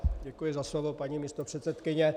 Děkuji za slovo, paní místopředsedkyně.